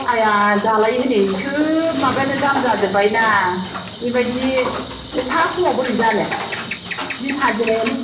आया दालाय हनै सोब माबायानो दाम जाजोब्बायना बेबायदि एफा खमाव बोरै जानो दिन हाजिरायानो